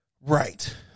Right